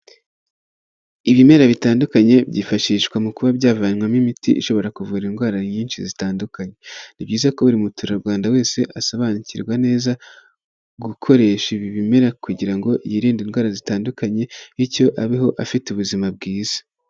Ibimera bitandukanye byifashishwa mu kuba byavanwamo imiti ishobora kuvura indwara nyinshi zitandukanye. Ni byiza ko buri muturarwanda wese asobanukirwa neza gukoresha ibi bimera kugira ngo yirinde indwara zitandukanye, bityo abeho afite ubuzima bwiza.